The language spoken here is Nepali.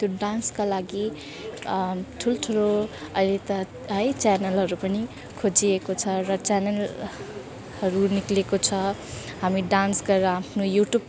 त्यो डान्सका लागि ठुल्ठुलो अहिले त है च्यानलहरू पनि खोजिएको छ र च्यानलहरू निस्किएको छ हामी डान्स गरेर आफ्नो युट्युब